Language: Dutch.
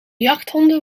jachthonden